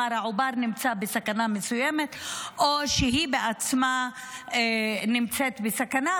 העובר נמצא בסכנה מסוימת או שהיא בעצמה נמצאת בסכנה,